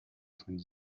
von